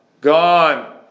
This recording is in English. gone